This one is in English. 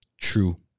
True